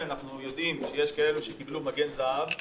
אנחנו יודעים שיש כאלו שקיבלו מגן זהב,